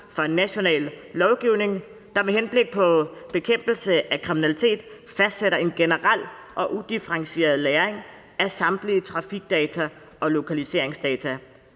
for national lovgivning, der med henblik på bekæmpelse af kriminalitet fastsætter en generel og udifferentieret lagring af samtlige trafikdata og lokaliseringsdata.